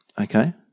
okay